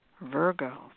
Virgo